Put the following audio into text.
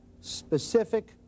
specific